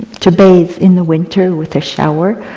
to bathe in the winter with a shower,